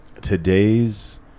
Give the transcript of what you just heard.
today's